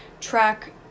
track